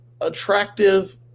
attractive